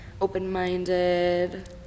open-minded